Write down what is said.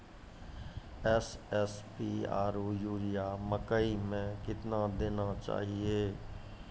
SSP आरु urea मकई मे कितना देना चाहिए?